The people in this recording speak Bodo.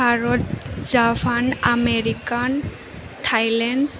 Bharat Japan America Thailand